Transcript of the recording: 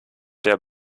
der